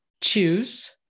choose